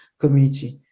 community